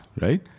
right